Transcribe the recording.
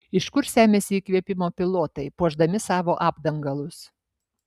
iš kur semiasi įkvėpimo pilotai puošdami savo apdangalus